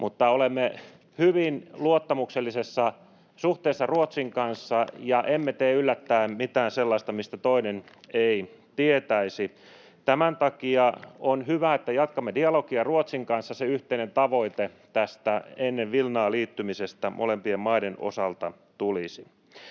olemme hyvin luottamuksellisessa suhteessa Ruotsin kanssa, ja emme tee yllättäen mitään sellaista, mistä toinen ei tietäisi. Tämän takia on hyvä, että jatkamme dialogia Ruotsin kanssa. Se yhteinen tavoite tästä ennen Vilnaa liittymisestä molempien maiden osalta tulisi.